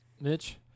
Mitch